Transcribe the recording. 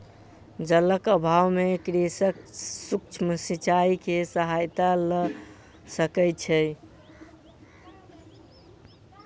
जलक अभाव में कृषक सूक्ष्म सिचाई के सहायता लय सकै छै